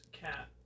cat